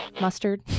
mustard